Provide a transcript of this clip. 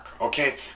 okay